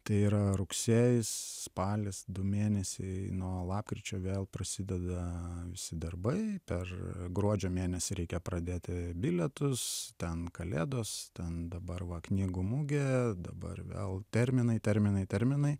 tai yra rugsėjis spalis du mėnesiai nuo lapkričio vėl prasideda visi darbai per gruodžio mėnesį reikia pradėti bilietus ten kalėdos ten dabar va knygų mugė dabar vėl terminai terminai terminai